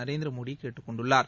நரேந்திர மோடி கேட்டுக்கொண்டுள்ளார்